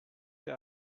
ihr